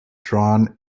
drawn